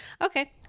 Okay